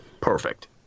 perfect